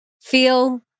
feel